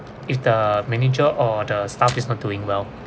if the manager or the staff is not doing well